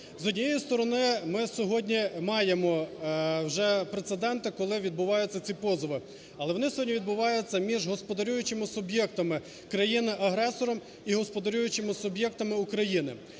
З однієї сторони, ми сьогодні маємо вже прецеденти, коли відбуваються ці позови. Але вони сьогодні відбуваються між господарюючими суб'єктами країни-агресора і господарюючими суб'єктами України.